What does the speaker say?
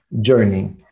journey